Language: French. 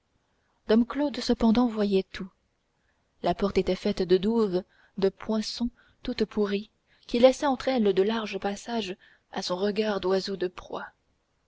dom claude cependant voyait tout la porte était faite de douves de poinçon toutes pourries qui laissaient entre elles de larges passages à son regard d'oiseau de proie